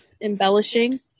embellishing